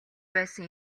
байсан